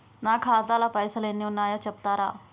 నా ఖాతా లా పైసల్ ఎన్ని ఉన్నాయో చెప్తరా?